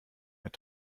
mehr